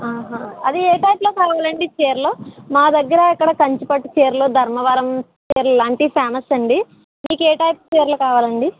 ఆహా అది ఏ టైపులో కావాలి అండి చీరలు మా దగ్గర ఇక్కడ కంచి పట్టు చీరలు ధర్మవరం చీరలు లాంటివి ఫేమస్ అండి మీకు ఏ టైపు చీరలు కావాలి అండి